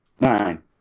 Nine